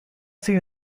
sido